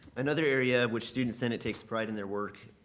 another area which student senate takes pride in their work